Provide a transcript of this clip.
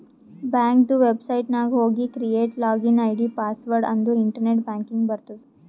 ಬ್ಯಾಂಕದು ವೆಬ್ಸೈಟ್ ನಾಗ್ ಹೋಗಿ ಕ್ರಿಯೇಟ್ ಲಾಗಿನ್ ಐ.ಡಿ, ಪಾಸ್ವರ್ಡ್ ಅಂದುರ್ ಇಂಟರ್ನೆಟ್ ಬ್ಯಾಂಕಿಂಗ್ ಬರ್ತುದ್